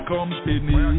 Company